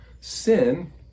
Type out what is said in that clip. Sin